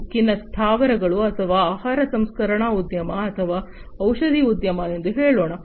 ಉಕ್ಕಿನ ಸ್ಥಾವರಗಳು ಅಥವಾ ಆಹಾರ ಸಂಸ್ಕರಣಾ ಉದ್ಯಮ ಅಥವಾ ಔಷಧಿ ಉದ್ಯಮ ಎಂದು ಹೇಳೋಣ